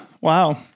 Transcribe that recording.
Wow